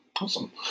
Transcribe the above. Awesome